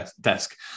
desk